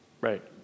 Right